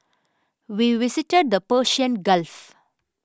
we visited the Persian Gulf